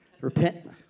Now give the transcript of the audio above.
Repent